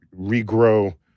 regrow